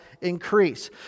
increase